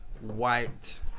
white